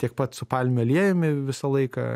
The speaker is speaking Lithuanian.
tiek pat su palmių aliejumi visą laiką